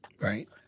Right